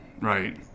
right